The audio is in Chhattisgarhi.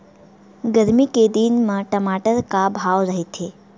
गरमी के दिन म टमाटर का भाव रहिथे?